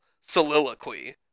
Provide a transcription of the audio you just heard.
soliloquy